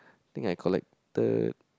think I collected